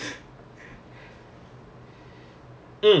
this one யாரோ ஒரு:yaaro oru some superior was saying lah